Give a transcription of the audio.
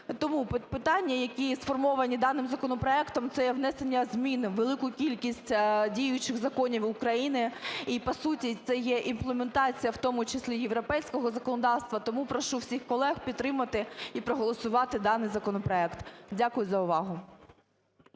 Тому питання, які сформовані даним законопроектом, - це є внесення змін у велику кількість діючих законів України, і, по суті, це є імплементація, в тому числі європейського законодавства. Тому прошу всіх колег підтримати і проголосувати даний законопроект. Дякую за увагу.